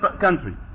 country